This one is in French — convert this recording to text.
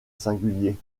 singulier